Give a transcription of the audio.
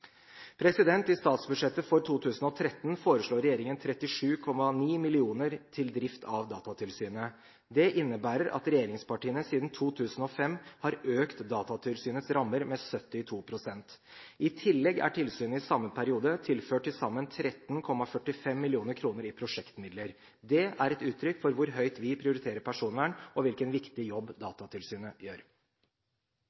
bedre. I statsbudsjettet for 2013 foreslår regjeringen 37,9 mill. kr til drift av Datatilsynet. Det innebærer at regjeringspartiene siden 2005 har økt Datatilsynets rammer med 72 pst. I tillegg er tilsynet i samme periode tilført til sammen 13,45 mill. kr i prosjektmidler. Det er et uttrykk for hvor høyt vi prioriterer personvern og hvilken viktig jobb